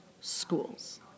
schools